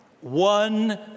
One